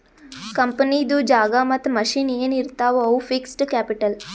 ಕಂಪನಿದು ಜಾಗಾ ಮತ್ತ ಮಷಿನ್ ಎನ್ ಇರ್ತಾವ್ ಅವು ಫಿಕ್ಸಡ್ ಕ್ಯಾಪಿಟಲ್